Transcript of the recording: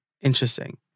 Interesting